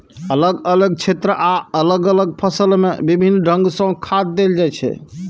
अलग अलग क्षेत्र आ अलग अलग फसल मे विभिन्न ढंग सं खाद देल जाइ छै